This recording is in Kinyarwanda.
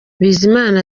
bizimana